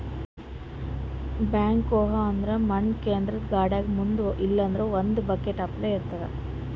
backhoe ಅಂದ್ರ ಮಣ್ಣ್ ಕೇದ್ರದ್ದ್ ಗಾಡಿಗ್ ಮುಂದ್ ಇಲ್ಲಂದ್ರ ಒಂದ್ ಬಕೆಟ್ ಅಪ್ಲೆ ಇರ್ತದ್